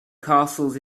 castles